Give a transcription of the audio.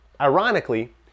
Ironically